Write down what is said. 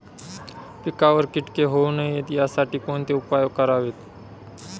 पिकावर किटके होऊ नयेत यासाठी कोणते उपाय करावेत?